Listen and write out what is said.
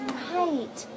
right